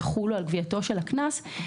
יחולו על גבייתו של הקנס,